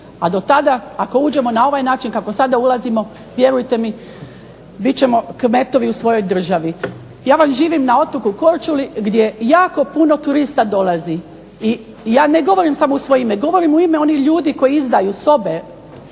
a do tada ako uđemo na ovaj način kako sada ulazimo vjerujte mi bit ćemo kmetovi u svojoj državi. Ja vam živim na otoku Korčuli gdje jako puno turista dolazi i ja ne govorim samo u svoje ime, govorim u ime onih ljudi koji izdaju sobe,